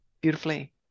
beautifully